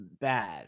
bad